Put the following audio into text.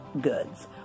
goods